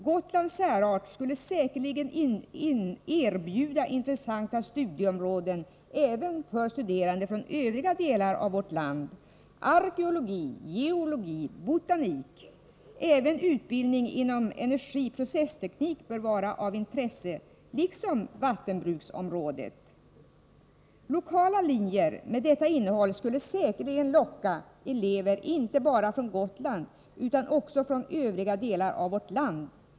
Gotlands särart skulle säkerligen erbjuda intressanta studieområden även för studerande från övriga delar av vårt land. Ämnen som arkeologi, geologi och botanik — och även utbildning inom energi-processteknik — borde vara av intresse, liksom vattenbruksområdet. Lokala linjer med detta innehåll skulle säkerligen locka elever inte bara från Gotland utan också från övriga delar av vårt land.